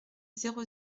zéro